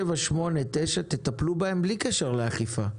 ה-37,38,39 תטפלו בהם בלי קשר לאכיפה.